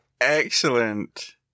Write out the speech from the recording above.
excellent